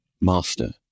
Master